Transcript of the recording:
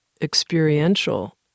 experiential